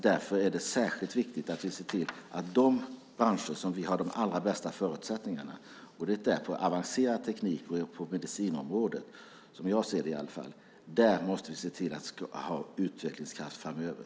Därför är det särskilt viktigt att se till att de branscher som har de allra bästa förutsättningarna, avancerad teknik på medicinområdet, har utvecklingskraft framöver.